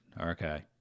Okay